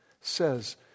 says